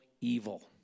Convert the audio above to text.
evil